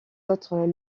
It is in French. autres